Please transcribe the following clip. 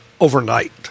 overnight